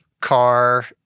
car